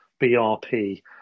brp